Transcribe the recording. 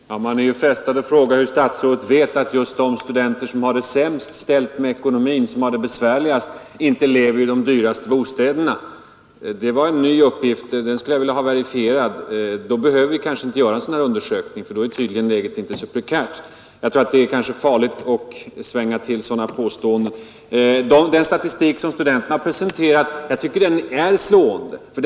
Herr talman! Man är ju frestad att fråga hur statsrådet vet att just de studenter som har det sämst ställt med ekonomin, som har det besvärligast, inte lever i de dyraste bostäderna? Det var en ny uppgift. Den skulle jag vilja ha verifierad. Då behöver vi inte göra en sådan undersökning för då äget tydligen inte så prekärt. Jag tror att det är farligt att svänga till sådana påståenden. Jag tycker att den statistik studenterna presenterat är slående.